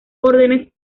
órdenes